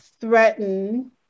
threaten